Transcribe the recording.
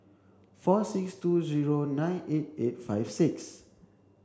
four six two zero nine eight eight five six